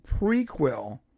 prequel